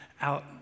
out